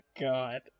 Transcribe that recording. god